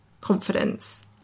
confidence